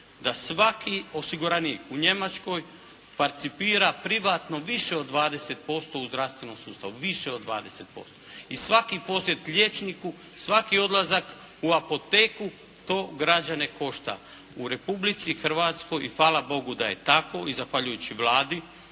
da svaki osiguranik u Njemačkoj parcipira privatno više od 20% u zdravstvenom sustavu, više od 20% i svaki posjet liječniku, svaki odlazak u apoteku to građane košta. U Republici Hrvatskoj i hvala Bogu da je tako i zahvaljujući Vladi